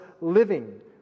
living